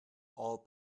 all